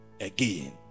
again